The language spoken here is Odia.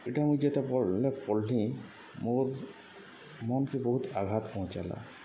ଇଟା ମୁଇଁ ଯେତେବେଲେ ପଢ଼୍ଲି ମୋର୍ ମନ୍କେ ବହୁତ୍ ଆଘାତ୍ ପହଞ୍ଚାଲା